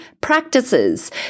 practices